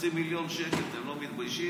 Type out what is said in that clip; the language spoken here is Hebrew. חצי מיליון שקל, אתם לא מתביישים?